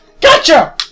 Gotcha